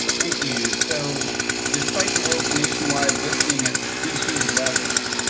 thank you, so despite the wolf's nationwide listing at the species level,